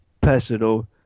personal